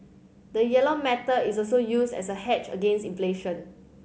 the yellow metal is also used as a hedge against inflation